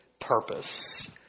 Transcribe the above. purpose